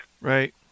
Right